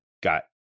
got